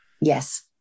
Yes